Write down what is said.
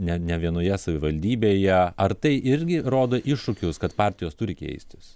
ne ne vienoje savivaldybėje ar tai irgi rodo iššūkius kad partijos turi keistis